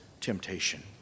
temptation